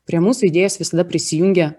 prie mūsų idėjos visada prisijungia